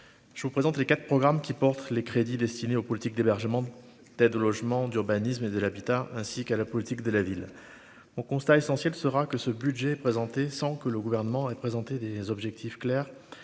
je vous présente les 4 programmes qui porte les crédits destinés aux politiques d'hébergement, d'aide au logement d'urbanisme, de l'habitat, ainsi qu'à la politique de la ville ont constats essentiels sera que ce budget présenté sans que le gouvernement avait présenté des objectifs clairs